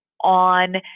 on